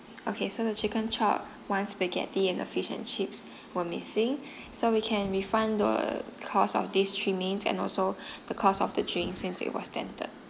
okay so the chicken chop one spaghetti and a fish and chips were missing so we can refund the cost of these three mains and also the cost of the drinks since it was dented